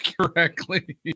correctly